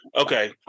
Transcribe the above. Okay